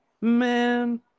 man